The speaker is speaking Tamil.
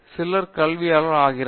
சிலர் கல்வியாளர் ஆகலாம்